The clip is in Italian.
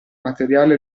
materiale